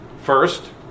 First